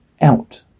Out